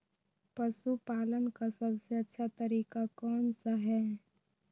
पशु पालन का सबसे अच्छा तरीका कौन सा हैँ?